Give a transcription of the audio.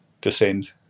descend